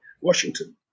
Washington